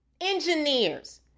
engineers